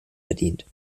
verdient